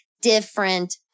different